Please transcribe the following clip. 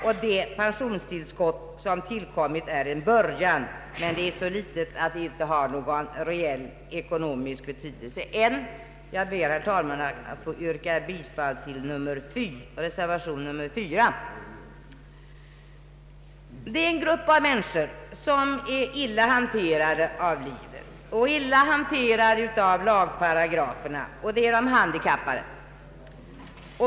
Det pensionstillskott som kommit är en början, men det är så litet att det inte har någon reell ekonomisk betydelse. Jag ber, herr talman, att få yrka bifall till reservation nr 4. En grupp av människor som är illa hanterade av livet och av lagparagraferna är de handikappade.